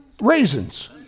Raisins